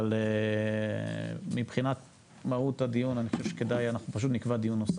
אבל מבחינת מהות הדיון אני חושב שכדאי שנקבע דיון נוסף.